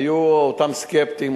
היו אותם סקפטים,